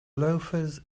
loafers